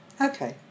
Okay